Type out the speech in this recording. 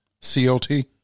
C-O-T